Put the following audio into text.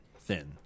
thin